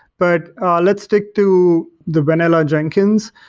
but ah let's stick to the vanilla jenkins.